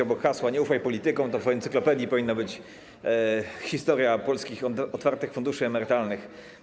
Obok hasła: nie ufaj politykom, w encyklopedii powinno być hasło: historia polskich otwartych funduszy emerytalnych.